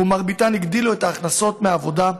ומרביתן הגדילו את ההכנסות מהעבודה.